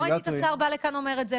לא ראיתי את השר בא לכאן ואומר את זה.